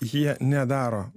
jie nedaro